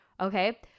Okay